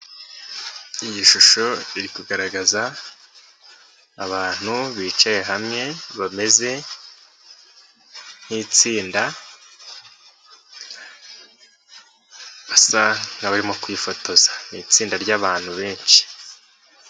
Iyi shusho iri kugaragaza abantu bicaye hamwe bameze nk'itsinda basa nk'abarimo kwifotoza, ni itsinda ry'abantu benshi.